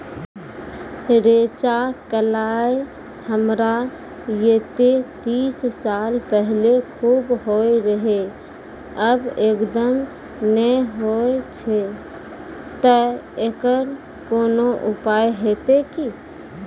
रेचा, कलाय हमरा येते तीस साल पहले खूब होय रहें, अब एकदम नैय होय छैय तऽ एकरऽ कोनो उपाय हेते कि?